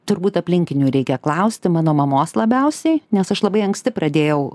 turbūt aplinkinių reikia klausti mano mamos labiausiai nes aš labai anksti pradėjau